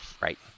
Right